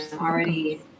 already